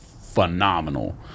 Phenomenal